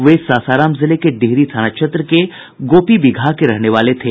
वे सासाराम जिले के डिहरी थाना क्षेत्र के गोपीबिगहा के रहने वाले थे